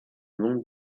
monde